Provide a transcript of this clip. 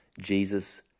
Jesus